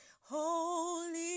Holy